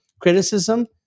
criticism